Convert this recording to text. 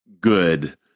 good